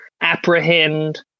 apprehend